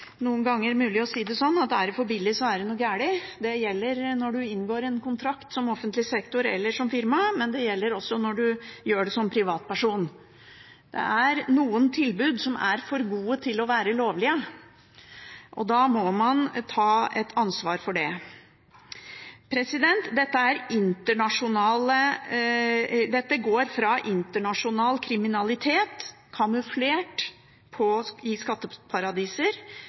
noen ganger mulig å si det sånn: Er det for billig, er det noe gærent. Det gjelder når man inngår en kontrakt som offentlig sektor, eller som firma, men det gjelder også når man gjør det som privatperson. Det er noen tilbud som er for gode til å være lovlige, og da må man ta et ansvar for det. Dette går fra internasjonal kriminalitet, kamuflert i skatteparadiser,